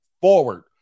forward